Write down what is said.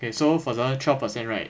okay for example twelve percent right